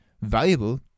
valuable